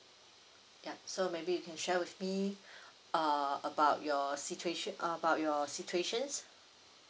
yup so maybe you can share with me uh about your situation about your situations